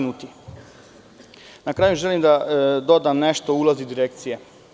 Na kraju želim da dodam nešto o ulozi Direkcije.